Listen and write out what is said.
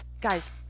Guys